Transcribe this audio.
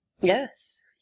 yes